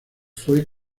fue